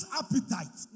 appetite